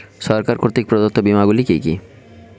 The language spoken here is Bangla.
সরকার কর্তৃক প্রদত্ত বিমা গুলি কি কি?